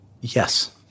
Yes